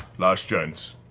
last chance.